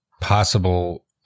possible